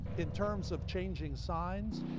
in terms of changing signs,